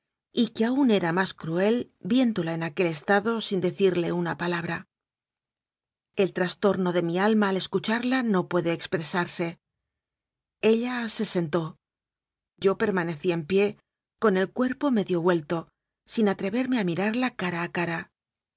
y que aún era más cruel viéndola en aquel estado sin decirle una palabra el trastornode mi alma al escucharla no puede expresarse ella se sentó yo permanecí en pie con el cuer po medio vuelto sin atreverme a mirarla cara a cara